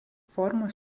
formos